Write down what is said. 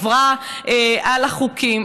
עברה על החוקים.